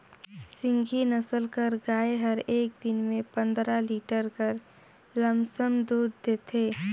सिंघी नसल कर गाय हर एक दिन में पंदरा लीटर कर लमसम दूद देथे